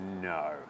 no